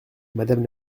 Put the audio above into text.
madame